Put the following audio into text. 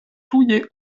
tuje